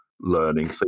learning